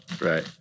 Right